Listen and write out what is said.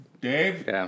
Dave